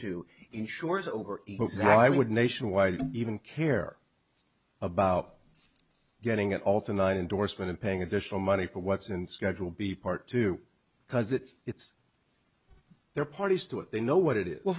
to insure is over i would nationwide even care about getting at all tonight endorsement of paying additional money for what's in schedule b part two because it's it's they're parties to it they know what it is well